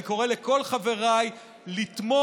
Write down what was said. אני קורא לכל חבריי לתמוך